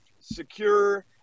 secure